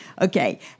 Okay